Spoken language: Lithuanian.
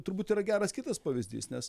turbūt yra geras kitas pavyzdys nes